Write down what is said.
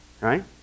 right